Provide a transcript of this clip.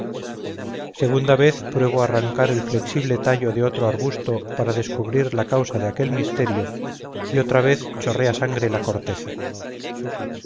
segunda vez pruebo a arrancar el flexible tallo de otro arbusto para descubrir la causa de aquel misterio y otra vez chorrea sangre la corteza